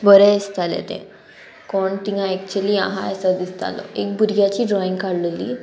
बरें दिसतालें तें कोण तिंगा एक्चली आहा आसा दिसतालो एक भुरग्याची ड्रॉइंग काडलेली